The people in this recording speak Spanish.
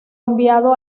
enviado